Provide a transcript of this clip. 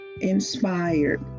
inspired